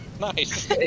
nice